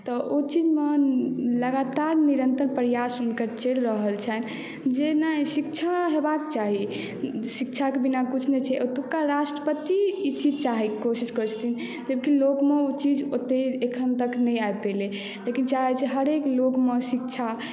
तऽ ओ चीजमे लगातार निरन्तर प्रयास हुनकर चलि रहल छनि जे नहि शिक्षा हेबाक चाही शिक्षाके बिना किछु नहि छै ओतुका राष्ट्रपति ई चीज चाहैत कोशिश करैत छथिन जबकि लोकमे ओ चीज ओतय तक एखन नहि आबि पयलै जेकि चाहैत छै हरेक लोकमे शिक्षा